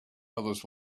others